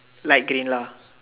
light green lah